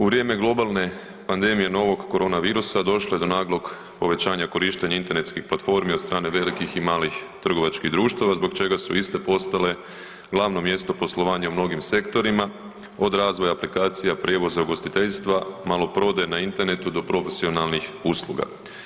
U vrijeme globalne pandemije novog korona virusa, došlo je do naglog povećanja korištenja internetskih platformi od strane velikih i malih trgovačkih društava zbog čega su iste postale glavno mjesto poslovanja u mnogim sektorima, od razvoja aplikacija, prijevoza, ugostiteljstva, maloprodaje na internetu do profesionalnih usluga.